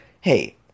hey